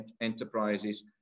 enterprises